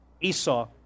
Esau